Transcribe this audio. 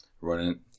Running